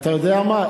אתה יודע מה,